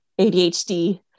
ADHD